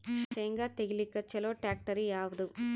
ಶೇಂಗಾ ತೆಗಿಲಿಕ್ಕ ಚಲೋ ಟ್ಯಾಕ್ಟರಿ ಯಾವಾದು?